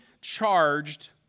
charged